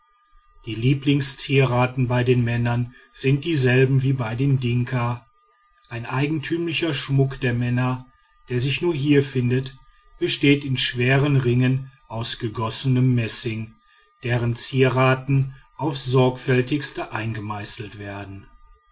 die lieblingszieraten bei den männern sind dieselben wie bei den dinka ein eigentümlicher schmuck der männer der sich nur hier findet besteht in schweren ringen aus gegossenem messing deren zierraten aufs sorgfältigste eingemeißelt werden